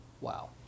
Wow